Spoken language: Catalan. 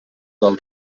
del